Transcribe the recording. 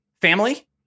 family